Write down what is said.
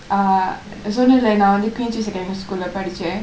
ah சொன்னேல நா வந்து:sonnenla naa vanthu queensway secondary school படிச்சேன்:padichen